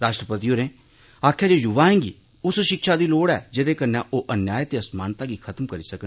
राष्ट्रपति होरें आक्खेआ जे युवाएं गी उस शिक्षा दी लोड़ ऐ जेदे कन्नै ओ अन्याय ते असमानता गी खत्म करी सकन